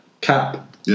Cap